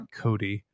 cody